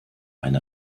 eine